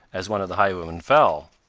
as one of the highwaymen fell.